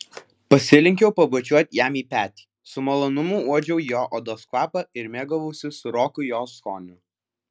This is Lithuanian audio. pasilenkiau pabučiuoti jam į petį su malonumu uodžiau jo odos kvapą ir mėgavausi sūroku jos skoniu